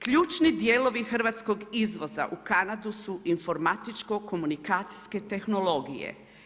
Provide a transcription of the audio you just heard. Ključni dijelovi hrvatskog izvoza u Kanadu su informatičko-komunikacijske tehnologije.